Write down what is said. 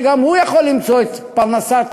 שגם הוא יכול למצוא את פרנסתו,